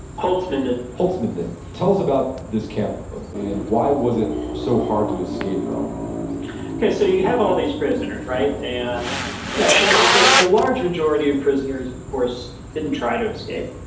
holzminden holzminden. tell us about this camp and why was it so hard to escape from okay so you have all these prisoners right? and you know the the large majority of prisoners of course didn't try to escape,